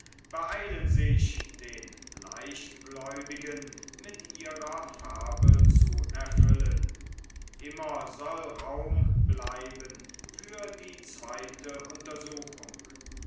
beeilen sich den leichtgläubigen mit ihrer farbe zu erfüllen immer soll raum bleiben für die zweite untersuchung